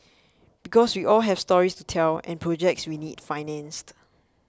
because we all have stories to tell and projects we need financed